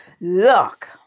look